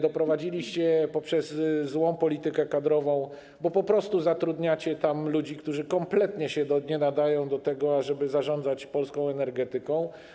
Doprowadziliście do tego poprzez złą politykę kadrową, bo po prostu zatrudniacie tam ludzi, którzy kompletnie się nie nadają do tego, ażeby zarządzać polską energetyką.